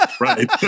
Right